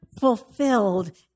fulfilled